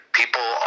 people